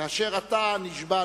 כאשר אתה נשבע,